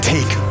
Take